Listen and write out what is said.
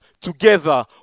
Together